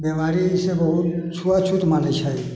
बिमारी जे छै बहुत छुआछूत मानैत छै